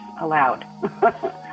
allowed